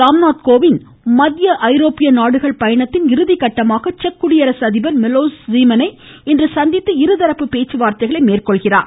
ராம்நாத் கோவிந்த் மத்திய ஐரோப்பிய நாடுகள் பயணத்தின் இறுதிகட்டமாக செக் குடியரசு அதிபர் மிலோஸ் ஸெமனை இன்று சந்தித்து இருதரப்பு பேச்சுவார்த்தைகளை மேற்கொள்கிறார்